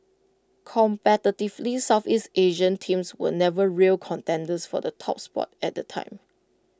competitively Southeast Asian teams were never real contenders for the top spot at the time